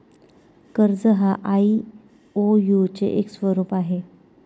कर्ज हा आई.ओ.यु चे एक स्वरूप आहे